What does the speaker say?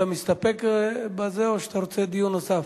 אתה מסתפק בזה או שאתה רוצה דיון נוסף?